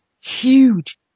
huge